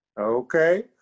Okay